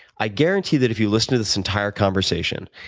i guarantee that if you listen to this entire conversation,